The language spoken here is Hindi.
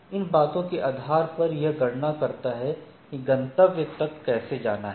इन बातों के आधार पर यह गणना करता है कि गंतव्यों तक कैसे जाना है